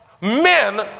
men